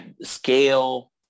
scale